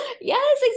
Yes